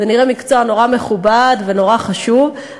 זה נראה מקצוע נורא מכובד ונורא חשוב,